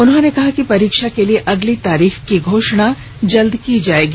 उन्होंने कहा कि परीक्षा के लिए अगली तारीख की घोषणा जल्द ही की जाएगी